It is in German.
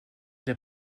der